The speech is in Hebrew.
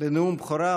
לנאום בכורה.